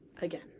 again